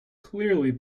clearly